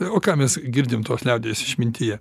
o ką mes girdim tos liaudies išmintyje